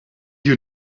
you